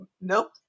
nope